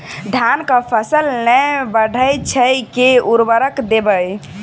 धान कऽ फसल नै बढ़य छै केँ उर्वरक देबै?